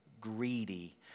greedy